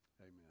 Amen